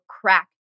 crack